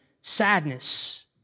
sadness